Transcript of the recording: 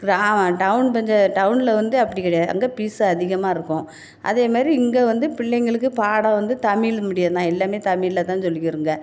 கிராமம் டவுன் பஞ்சாய டவுனில் வந்து அப்படி கிடயாது அங்கே பீஸு அதிகமாக இருக்கும் அதே மாரி இங்கே வந்து பிள்ளைங்களுக்கு பாடம் வந்து தமிழ் மீடியம்தான் எல்லாமே தமிழ்லதான் சொல்லிக்கிருங்க